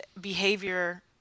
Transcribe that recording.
behavior